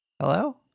Hello